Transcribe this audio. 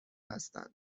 هستند